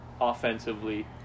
offensively